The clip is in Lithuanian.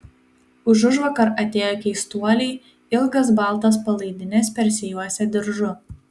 užužvakar atėjo keistuoliai ilgas baltas palaidines persijuosę diržu